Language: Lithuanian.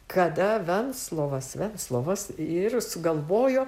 kada venslovas venslovas ir sugalvojo